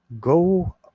go